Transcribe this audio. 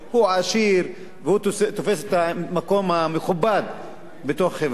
הוא עשיר והוא תופס את המקום המכובד בתוך החברה.